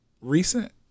recent